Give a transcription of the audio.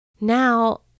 now